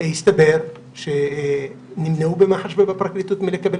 הסתבר שנמנעו במח"ש ובפרקליטות מלקבל